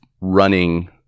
running